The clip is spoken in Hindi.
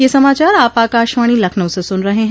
ब्रे क यह समाचार आप आकाशवाणी लखनऊ से सुन रहे हैं